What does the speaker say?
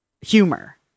humor